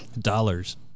Dollars